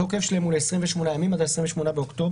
התוקף שלהן הוא ל-28 ימים, עד ה-28 באוקטובר.